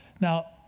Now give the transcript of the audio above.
now